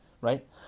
right